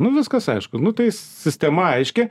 nu viskas aišku nu tai sistema aiški